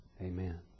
Amen